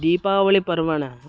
दीपावलिपर्वणः